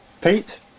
Pete